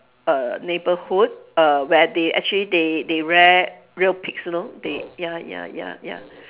err neighbourhood err where they actually they they rear real pigs you know they ya ya ya ya